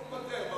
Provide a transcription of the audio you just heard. הוא מוותר.